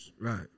Right